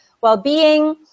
well-being